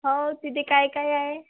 हो तिथे काय काय आहे